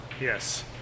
Yes